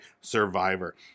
Survivor